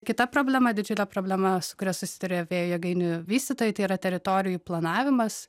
kita problema didžiulė problema su kuria susiduria vėjo jėgainių vystytojai tai yra teritorijų planavimas